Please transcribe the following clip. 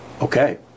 okay